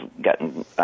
gotten